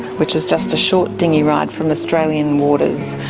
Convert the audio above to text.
which is just a short dingy ride from australian waters,